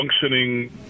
functioning